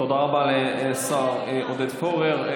תודה רבה לשר עודד פורר.